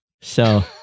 So-